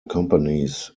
companies